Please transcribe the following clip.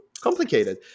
complicated